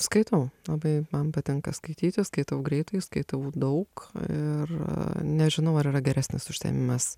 skaitau labai man patinka skaityti skaitau greitai skaitau daug ir nežinau ar yra geresnis užsiėmimas